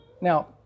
Now